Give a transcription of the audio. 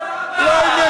לא, לא, לא הבטחה.